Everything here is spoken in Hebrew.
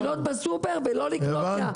שווה להם לקנות בסופר ולא מהסיטונאי.